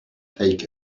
take